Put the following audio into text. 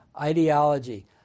ideology